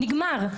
נגמר.